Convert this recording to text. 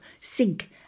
sink